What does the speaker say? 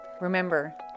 Remember